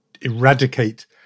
eradicate